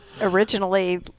originally